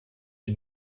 une